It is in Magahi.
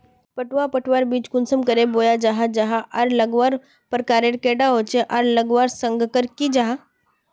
पटवा पटवार बीज कुंसम करे बोया जाहा जाहा आर लगवार प्रकारेर कैडा होचे आर लगवार संगकर की जाहा?